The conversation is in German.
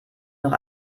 noch